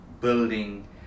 building